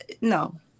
no